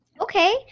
Okay